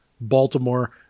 Baltimore